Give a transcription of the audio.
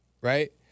right